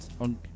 on